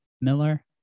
Miller